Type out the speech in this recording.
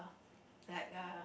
like a